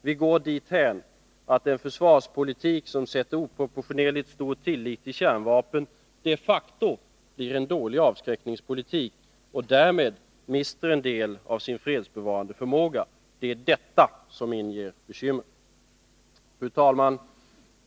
Vi går dithän att en försvarspolitik som sätter oproportionerligt stor tillit till kärnvapen de facto blir en dålig avskräckningspolitik och därmed mister en del av sin avgörande fredsbevarande förmåga. Det är detta som inger bekymmer. Fru talman!